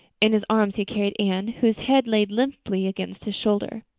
in his arms he carried anne, whose head lay limply against his shoulder.